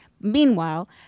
Meanwhile